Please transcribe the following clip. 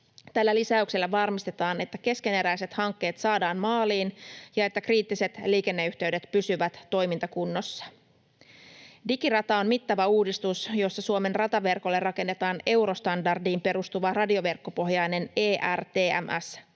Tällä lisäyksellä varmistetaan, että keskeneräiset hankkeet saadaan maaliin ja että kriittiset liikenneyhteydet pysyvät toimintakunnossa. Digirata on mittava uudistus, jossa Suomen rataverkolle rakennetaan eurostandardiin perustuva radioverkkopohjainen